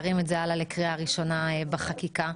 ולהעביר את זה לקריאה ראשונה בחקיקה.